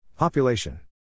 Population